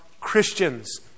Christians